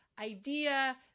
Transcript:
idea